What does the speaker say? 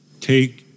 take